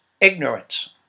ignorance